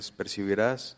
percibirás